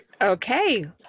Okay